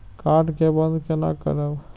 Card के बन्द केना करब?